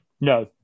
no